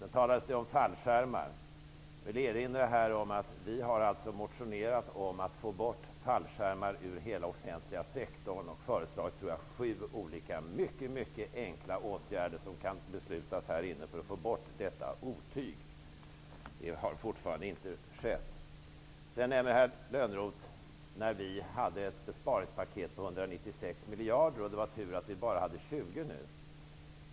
Sedan talades det om fallskärmar. Jag vill erinra om att vi har motionerat om att få bort fallskärmarna ur hela den offentliga sektorn och föreslagit sju mycket enkla åtgärder som vi kan fatta beslut om här i kammaren för att få bort detta otyg. Det har fortfarande inte skett. Sedan nämnde herr Lönnroth att vi tidigare hade ett besparingspaket på 196 miljarder och sade att det var tur att vi bara vill spara 20 miljarder nu.